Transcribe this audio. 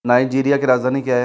Nigeria की राजधानी क्या है